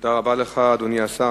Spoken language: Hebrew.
תודה רבה לך, אדוני השר.